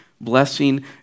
blessing